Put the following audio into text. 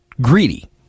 greedy